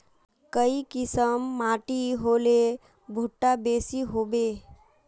काई किसम माटी होले भुट्टा बेसी होबे?